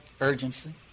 urgency